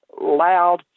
loud